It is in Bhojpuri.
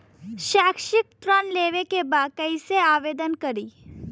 शैक्षिक ऋण लेवे के बा कईसे आवेदन करी?